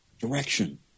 direction